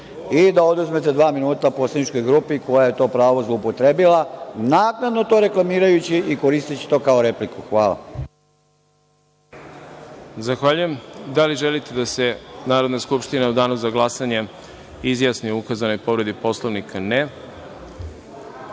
i da oduzmete dva minuta poslaničkoj grupi koja je to pravo zloupotrebila, naknadno to reklamirajući i koristeći to kao repliku. Hvala. **Đorđe Milićević** Zahvaljujem. Da li želite da Narodna skupština u danu za glasanje izjasni o ukazanoj povredi Poslovnika?